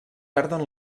perden